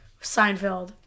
seinfeld